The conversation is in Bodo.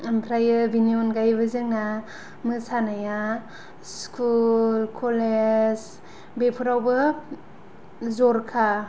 ओमफ्रायो बेनि अनगायैबो जोंना मोसानाया स्कुल कलेज बेफोरावबो जरखा